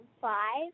five